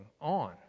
on